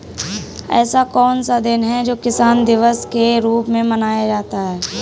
ऐसा कौन सा दिन है जो किसान दिवस के रूप में मनाया जाता है?